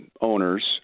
owners